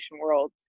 world